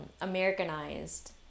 Americanized